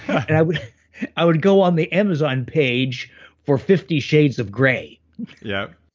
i would i would go on the amazon page for fifty shades of gray yeah